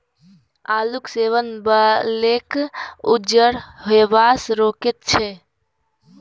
आलूक सेवन बालकेँ उज्जर हेबासँ रोकैत छै